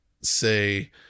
say